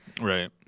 Right